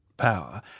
power